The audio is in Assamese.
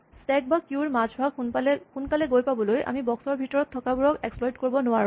স্টেক বা কিউ ৰ মাজভাগ সোনকালে গৈ পাবলৈ আমি বক্স ৰ ভিতৰত থকাবোৰক এক্সপ্লইট কৰিব নোৱাৰো